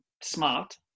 smart